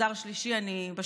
ומגזר שלישי.